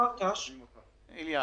בוא.